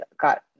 got